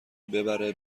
ببره